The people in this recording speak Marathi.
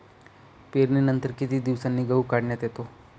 पेरणीनंतर किती दिवसांनी गहू काढण्यात येतो?